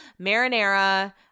marinara